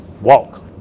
walk